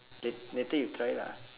lat~ later you try lah